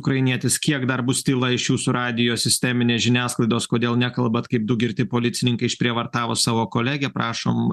ukrainietis kiek dar bus tyla iš jūsų radijo sisteminės žiniasklaidos kodėl nekalbat kaip du girti policininkai išprievartavo savo kolegę prašom